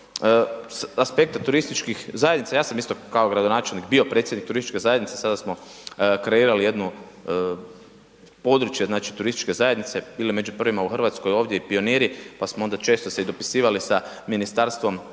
aspekta turističkih zajednica, ja sam isto kao gradonačelnik bio predsjednik turističke zajednice, sada smo kreirali jedno područje, znači, turističke zajednice, bili među prvima u RH ovdje i pioniri, pa smo onda često se i dopisivali sa Ministarstvo